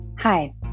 Hi